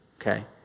okay